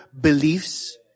beliefs